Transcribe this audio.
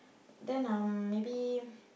then um maybe